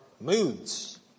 moods